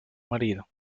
marido